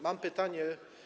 Mam pytanie.